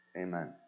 Amen